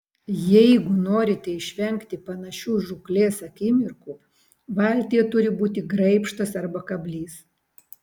jeigu norite išvengti panašių žūklės akimirkų valtyje turi būti graibštas arba kablys